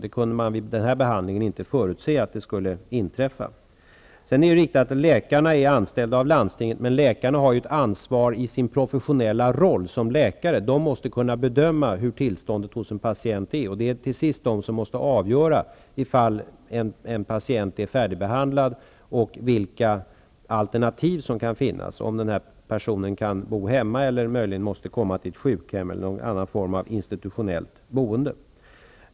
Det kunde man vid sjukhusbehandingen inte förutse. Det är riktigt att läkarna är anställda av landstinget. Men läkarna har ett ansvar i sin professionella roll som läkare. De måste kunna bedöma hur tillståndet hos en patient är. Det är till sist de som måste avgöra ifall en patient är färdigbehandlad och vilka alternativ som kan finnas, om den här personen kan bo hemma eller möjligen måste komma till ett sjukhem eller någon annan form av institutionellt boende.